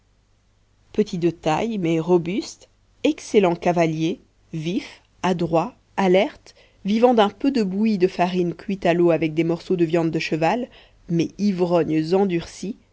petits de taille mais robustes excellents cavaliers vifs adroits alertes vivant d'un peu de bouillie de farine cuite à l'eau avec des morceaux de viande de cheval mais ivrognes endurcis